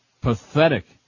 Pathetic